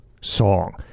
song